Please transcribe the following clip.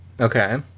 Okay